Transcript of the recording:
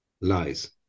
lies